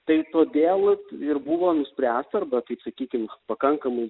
tai todėl ir buvo nuspręsta arba sakykim pakankamai